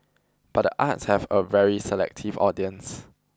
but the arts has a very selective audience